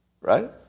right